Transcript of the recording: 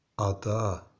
Ada